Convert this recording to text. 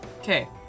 okay